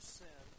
sin